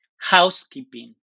Housekeeping